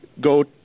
go